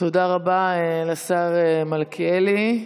תודה רבה לשר מלכיאלי.